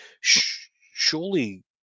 Surely